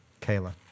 Kayla